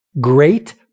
Great